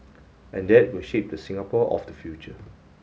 and that will shape the Singapore of the future